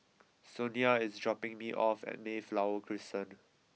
Sonia is dropping me off at Mayflower Crescent